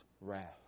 wrath